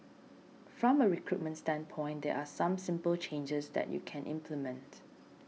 from a recruitment standpoint there are some simple changes that you can implement